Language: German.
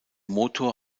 motor